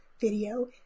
video